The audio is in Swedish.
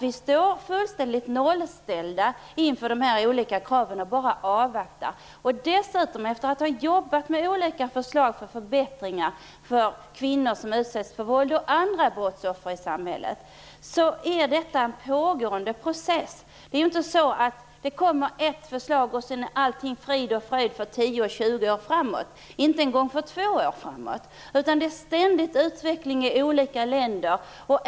Vi står fullständigt nollställda inför de här kraven och avvaktar bara. Jag tycker, efter att ha jobbat med olika förslag till förbättringar för kvinnor som utsätts för våld och för andra brottsoffer i samhället, att detta är en pågående process. Det är inte så att det kommer ett förslag och sedan är allt frid och fröjd för tio tjugo år framåt - inte ens för två år framåt. Det sker ständigt en utveckling i olika länder.